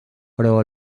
però